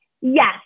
Yes